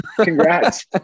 congrats